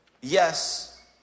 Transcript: yes